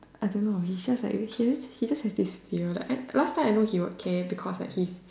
I don't know he's just like he just he just has this fear like last time I know he would care because like he